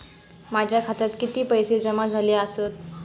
माझ्या खात्यात किती पैसे जमा झाले आसत?